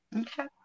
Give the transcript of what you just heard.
Okay